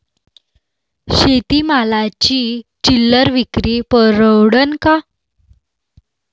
शेती मालाची चिल्लर विक्री परवडन का?